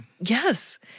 Yes